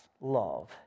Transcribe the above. love